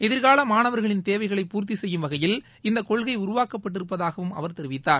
எதிர்கால மாணவர்களின் தேவைகளை பூர்த்தி செய்யும் வகையில் இந்த கொள்கை உருவாக்கப்பட்டிருப்பதாகவும் அவர் தெரிவித்தார்